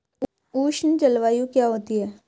उष्ण जलवायु क्या होती है?